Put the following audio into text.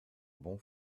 bon